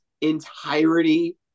entirety